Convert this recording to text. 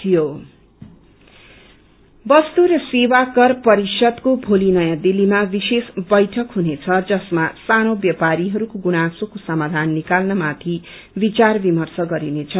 GST वस्तु र सेवा कर परिषदको भोली नयाँ दिल्लीमा विशेष बैठक हुनेछ जसमा सानो व्यापारीहरूको गुनासोको समाधान निकालनमाथि विचार विमर्श गरिनेछ